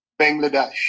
Bangladesh